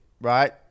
right